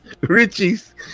Richie's